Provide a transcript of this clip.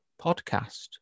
podcast